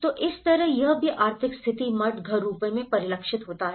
तो इस तरह यह भी आर्थिक स्थिति मठ घर रूपों में परिलक्षित होता है